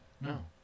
No